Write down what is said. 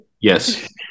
Yes